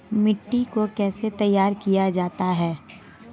मिट्टी को कैसे तैयार किया जाता है?